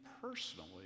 personally